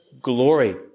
glory